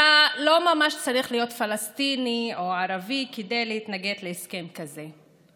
אתה לא ממש צריך להיות פלסטיני או ערבי כדי להתנגד להסכם כזה,